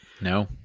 No